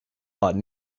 bought